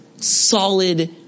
solid